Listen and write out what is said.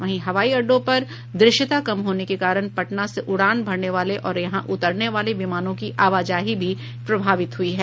वहीं हवाई अड्डे पर द्रश्यता कम होने के कारण पटना से उड़ान भरने वाले और यहां उतरने वाले विमानों की आवाजाही भी प्रभावित हुई है